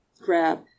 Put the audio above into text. grab